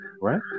Right